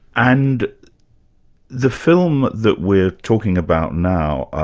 and the film that we're talking about now,